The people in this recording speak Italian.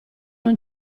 non